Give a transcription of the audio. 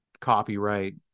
copyright